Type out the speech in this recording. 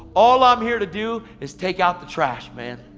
all i'm here to do is take out the trash, man.